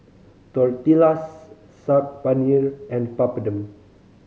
Tortillas Saag Paneer and Papadum